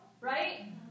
right